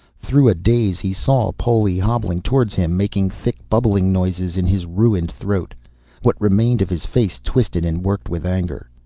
through a daze he saw poli hobbling towards him, making thick bubbling noises in his ruined throat what remained of his face twisted and working with anger.